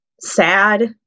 sad